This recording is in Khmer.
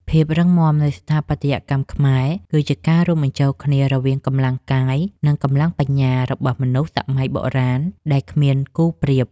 ភាពរឹងមាំនៃស្ថាបត្យកម្មខ្មែរគឺជាការរួមបញ្ចូលគ្នារវាងកម្លាំងកាយ និង កម្លាំងបញ្ញារបស់មនុស្សសម័យបុរាណដែលគ្មានគូប្រៀប។